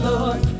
Lord